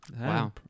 wow